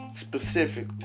specifically